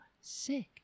sick